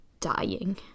dying